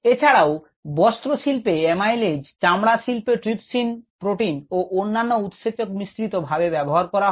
এছাড়াও বস্ত্রশিল্পে অ্যামাইলেজ চামড়া শিল্পে ট্রিপসিন প্রোটিন ও অন্যান্য উৎসেচক মিশ্রিত ভাবে ব্যবহার করা হয়